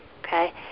Okay